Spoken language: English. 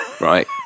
right